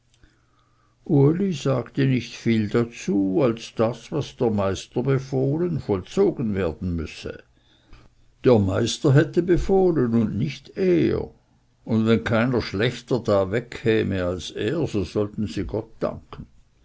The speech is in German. sagte nicht viel dazu als daß was der meister befohlen vollzogen werden müsse der meister hätte befohlen und nicht er und wenn keiner schlechter da wegkäme als er so sollten sie gott danken